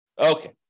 Okay